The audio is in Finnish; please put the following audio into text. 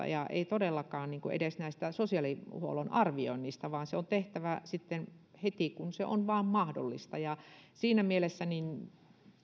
ja ei todellakaan edes näistä sosiaalihuollon arvioinneista vaan se on tehtävä sitten heti kun se vain on mahdollista ja siinä mielessä